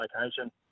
location